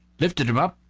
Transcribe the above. lifted him up,